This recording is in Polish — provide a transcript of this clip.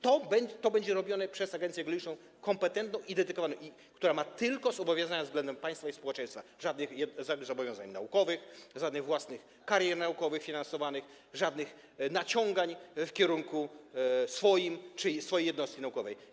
To będzie robione przez agencję geologiczną kompetentną i dedykowaną, która ma zobowiązania tylko względem państwa i społeczeństwa - żadnych zobowiązań naukowych, żadnych własnych karier naukowych finansowanych, żadnych naciągań w kierunku swoim czy swojej jednostki naukowej.